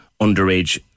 underage